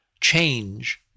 change